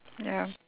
ya